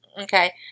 Okay